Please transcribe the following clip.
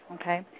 okay